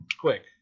quick